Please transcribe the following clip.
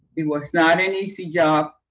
it was not an easy job.